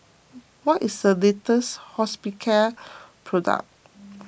what is the latest Hospicare product